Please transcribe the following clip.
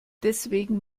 deswegen